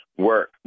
Work